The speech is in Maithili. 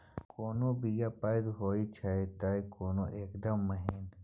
कोनो बीया पैघ होई छै तए कोनो एकदम महीन